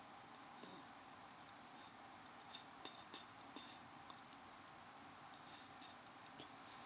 mm